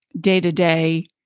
day-to-day